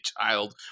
child